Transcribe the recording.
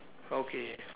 okay